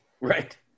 Right